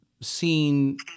seen